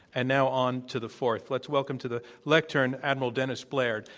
and now on to the fourth. let's welcome to the lectern adm. dennis blair.